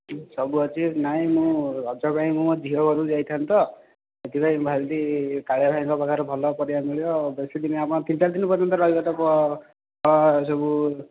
ସବୁ ଅଛି ନାଇ ମୁଁ ରଜ ପାଇଁ ମୋ ଝିଅ ଘରକୁ ଯାଇଥାନ୍ତି ତ ସେଥିପାଇଁ ଭାବିଲି କାଳିଆ ଭାଇଙ୍କ ପାଖରେ ଭଲ ପରିବା ମିଳିବ ବେଶୀ ଦିନ ଆମର ତିନି ଚାରି ଦିନ ପର୍ଯ୍ୟନ୍ତ ରହିବ ତ ଫଳ ସବୁ